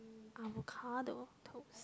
avocado toast